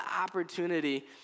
opportunity